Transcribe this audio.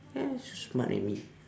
yes so smart right me